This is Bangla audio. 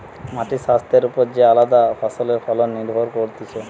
মাটির স্বাস্থ্যের ওপর যে আলদা ফসলের ফলন নির্ভর করতিছে